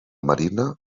marina